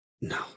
No